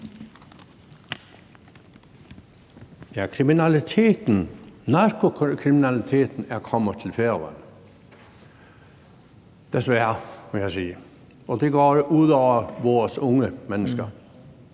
tale. Kriminaliteten, narkokriminaliteten, er kommet til Færøerne – desværre, vil jeg sige – og det går ud over vores unge mennesker.